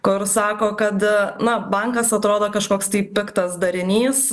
kur sako kad na bankas atrodo kažkoks tai piktas darinys